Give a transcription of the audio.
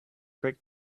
brick